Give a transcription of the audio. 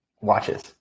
watches